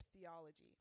theology